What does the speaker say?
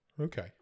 Okay